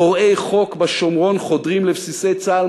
פורעי חוק בשומרון חודרים לבסיסי צה"ל,